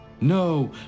No